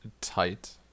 tight